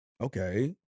Okay